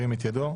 ירים את ידו.